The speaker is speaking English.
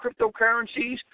cryptocurrencies